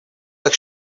так